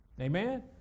Amen